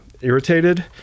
irritated